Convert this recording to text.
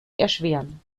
erschweren